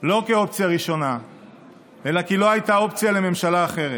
לא כאופציה ראשונה אלא כי לא הייתה אופציה לממשלה אחרת.